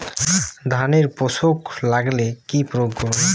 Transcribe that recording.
ধানের শোষক লাগলে কি প্রয়োগ করব?